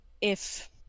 if-